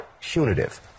punitive